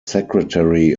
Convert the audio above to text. secretary